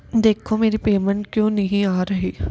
ਦੇਖੋ ਮੇਰੀ ਪੇਮੈਂਟ ਕਿਉਂ ਨਹੀਂ ਆ ਰਹੀ